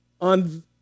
on